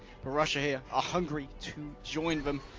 ah russia ah hungry to join them.